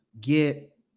get